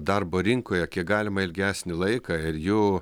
darbo rinkoje kiek galima ilgesnį laiką ir jų